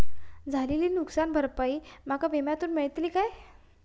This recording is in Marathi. झालेली नुकसान भरपाई माका विम्यातून मेळतली काय?